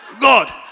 God